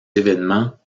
événements